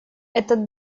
этот